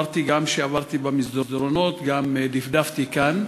גם כשעברתי במסדרונות וגם דפדפתי כאן.